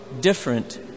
different